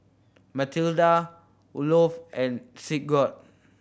Matilda Olof and Sigurd